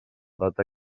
data